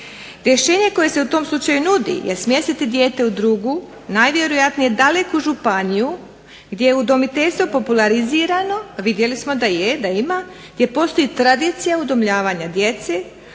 Rješenje koje se u tom slučaju nudi je smjestiti dijete u drugu najvjerojatnije daleku županiju gdje je udomiteljstvo popularizirano a vidjeli smo da je da ima, gdje postoji tradicija udomljavanja djece.